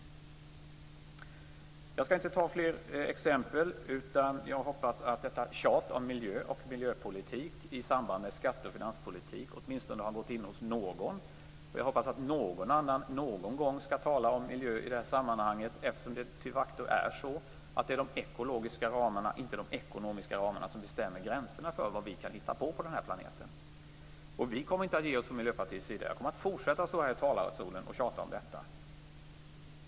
Jag skall inte ta upp fler exempel, utan jag hoppas att detta tjat miljö och miljöpolitik i samband med skatte och finanspolitik åtminstone har gått in hos någon. Jag hoppas att någon annan någon gång skall tala om miljö i det här sammanhanget. Det är ju de facto så att det är de ekologiska ramarna, inte de ekonomiska ramarna, som bestämmer gränserna för vad vi kan göra på den här planeten. Vi kommer inte att ge oss från Miljöpartiets sida. Jag kommer att fortsätta att stå här i talarstolen och tjata om detta.